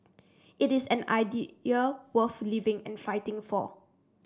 it is an worth living and fighting for